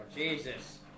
Jesus